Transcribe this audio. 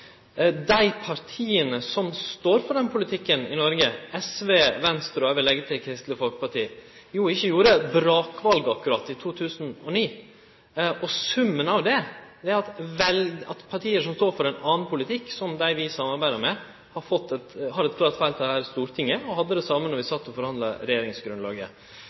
dei partia som står for den politikken i Noreg – SV, Venstre, og eg vil leggje til Kristeleg Folkeparti – ikkje gjorde noko brakval akkurat i 2009. Summen av det er at parti som står for ein annan politikk enn dei vi samarbeider med, har eit klart fleirtal her i Stortinget og hadde det same då vi sat og forhandla regjeringsgrunnlaget.